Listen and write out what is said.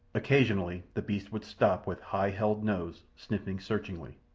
occasionally the beast would stop with high-held nose, sniffing searchingly.